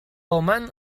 oman